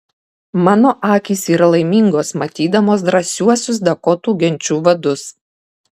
mano akys yra laimingos matydamos drąsiuosius dakotų genčių vadus